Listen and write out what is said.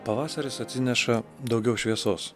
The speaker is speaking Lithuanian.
pavasaris atsineša daugiau šviesos